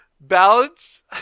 Balance